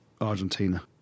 Argentina